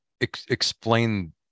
explain